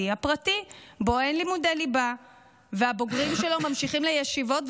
הפרטי שבו אין לימודי ליבה והבוגרים שלו ממשיכים לישיבות,